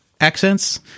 accents